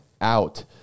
out